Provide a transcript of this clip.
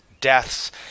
deaths